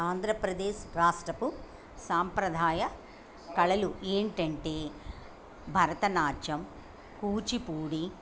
ఆంధ్రప్రదేశ్ రాష్ట్రపు సాంప్రదాయ కళలు ఏంటంటే భరతనాట్యం కూచిపూడి